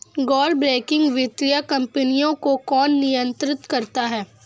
गैर बैंकिंग वित्तीय कंपनियों को कौन नियंत्रित करता है?